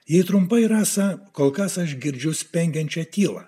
ji trumpai rasa kol kas aš girdžiu spengiančią tylą